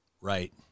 Right